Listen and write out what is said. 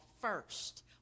first